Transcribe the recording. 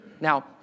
Now